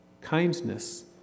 kindness